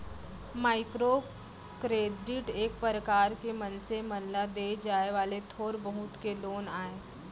micro credit एक परकार के मनसे मन ल देय जाय वाले थोर बहुत के लोन आय